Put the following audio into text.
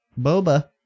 boba